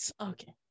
Okay